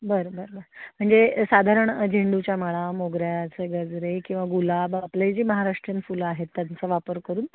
बरं बरं बरं म्हणजे साधारण झेंडूच्या माळा मोगऱ्याचे गजरे किंवा गुलाब आपले जी महाराष्ट्रीयन फुलं आहेत त्यांचा वापर करून